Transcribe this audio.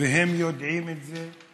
והם יודעים את זה,